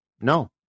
no